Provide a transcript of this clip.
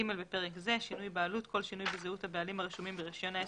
בפרק זה - "שינוי בעלות" כל שינוי בזהות הבעלים הרשומים ברישיון העסק,